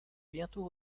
bientôt